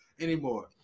anymore